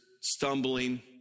stumbling